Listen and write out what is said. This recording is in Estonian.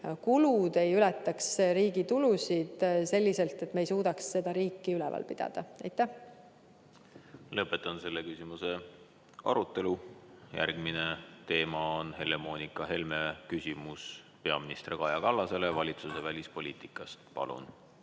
kulud ei ületaks riigi tulusid selliselt, et me ei suudaks seda riiki üleval pidada. Lõpetan selle küsimuse arutelu. Järgmine teema on Helle-Moonika Helme küsimus peaminister Kaja Kallasele valitsuse välispoliitikast. Palun!